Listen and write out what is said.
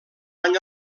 any